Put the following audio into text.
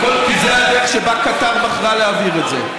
כי זאת הדרך שבה קטאר בחרה להעביר את זה.